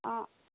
অঁ